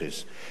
לדוגמה,